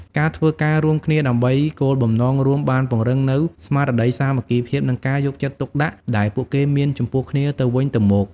ការធ្វើការរួមគ្នាដើម្បីគោលបំណងរួមបានពង្រឹងនូវស្មារតីសាមគ្គីភាពនិងការយកចិត្តទុកដាក់ដែលពួកគេមានចំពោះគ្នាទៅវិញទៅមក។